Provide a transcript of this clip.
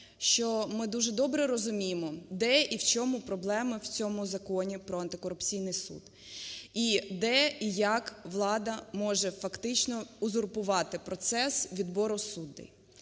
що ми дуже добре розуміємо, де і в чому проблема в цьому Законі про антикорупційний суд, і де, і як влада може фактично узурпувати процес відбору суддів.